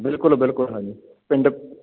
ਬਿਲਕੁਲ ਬਿਲਕੁਲ ਹਾਂਜੀ ਪਿੰਡ